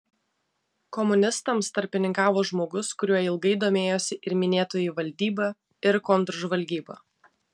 komunistams tarpininkavo žmogus kuriuo ilgai domėjosi ir minėtoji valdyba ir kontržvalgyba